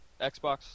Xbox